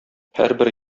һәрбер